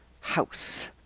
house